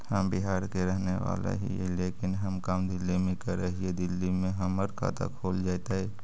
हम बिहार के रहेवाला हिय लेकिन हम काम दिल्ली में कर हिय, दिल्ली में हमर खाता खुल जैतै?